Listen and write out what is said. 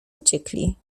uciekli